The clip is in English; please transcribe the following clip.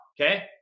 okay